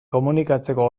komunikatzeko